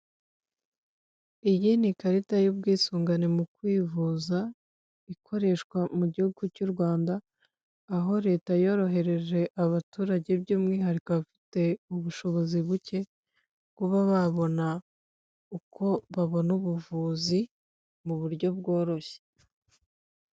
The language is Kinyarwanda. Iyi ni ikarita y'ubwisungane mu kwivuza, ikoreshwa mu gihugu cy'u Rwanda, aho leta yorohereje abaturage by'umwihariko abafite ubushobozi buke, kuba babona uko babona ubuvuzi mu buryo bworoshye.